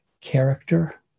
character